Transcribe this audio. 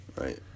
Right